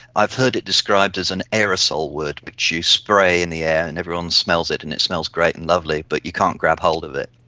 i've heard it described as an aerosol word which you spray in the air and everyone smells it and it smells great and lovely but you can't grab hold of it.